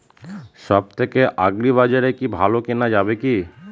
সব থেকে আগ্রিবাজারে কি ভালো কেনা যাবে কি?